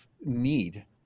need